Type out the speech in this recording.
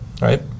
right